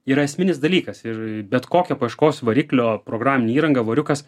yra esminis dalykas ir bet kokio paieškos variklio programinė įranga voriukas